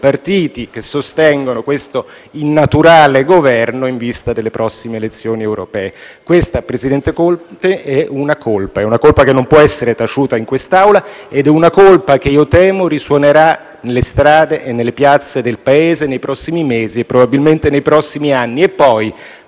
partiti che sostengono questo innaturale Governo in vista delle prossime elezioni europee. Questa, presidente Conte, è una colpa che non può essere taciuta in questa Aula; una colpa che temo risuonerà nelle strade e nelle piazze del Paese nei prossimi mesi, probabilmente nei prossimi anni.